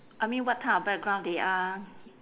I mean what type of background they are